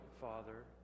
Father